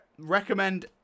recommend